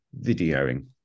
videoing